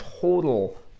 total